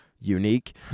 unique